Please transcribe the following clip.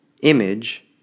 Image